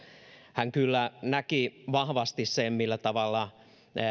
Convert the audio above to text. hän kyllä näki vahvasti sen millä tavalla